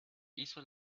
hizo